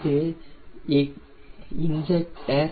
இது இன்ஜெக்ட்டர்